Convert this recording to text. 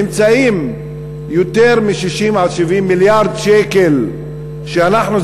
נמצאים יותר מ-60 70 מיליארד שקל שאנחנו,